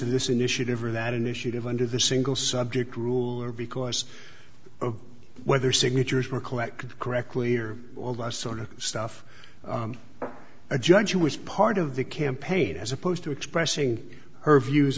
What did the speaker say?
in this initiative or that initiative under the single subject rule or because of whether signatures were collected correctly or all that sort of stuff a judge who was part of the campaign as opposed to expressing her views